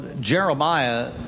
Jeremiah